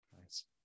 Nice